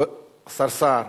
השר סער,